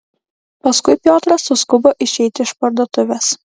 paskui piotras suskubo išeiti iš parduotuvės